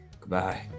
Goodbye